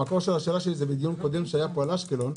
המקור של השאלה שלי הוא מדיון קודם שנערך פה על אשקלון,